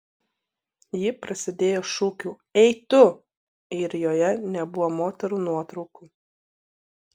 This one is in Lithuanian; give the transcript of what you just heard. ji prasidėjo šūkiu ei tu ir joje nebuvo moterų nuotraukų